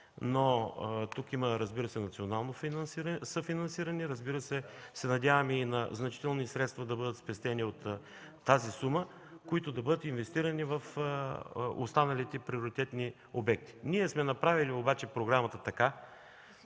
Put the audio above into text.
Тук има, разбира се, национално съфинансиране, като се надяваме значителни средства да бъдат спестени от нея, които да бъдат инвестирани в останалите приоритетни обекти. Ние обаче сме направили програмата така,